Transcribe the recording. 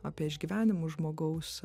apie išgyvenimus žmogaus